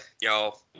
Y'all